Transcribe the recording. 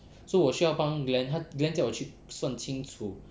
so 我需要帮 glen 他 glen 叫我去算清楚